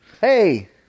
Hey